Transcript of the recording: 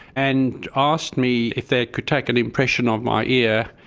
and asked me if they could take an impression of my ear.